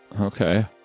Okay